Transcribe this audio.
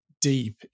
deep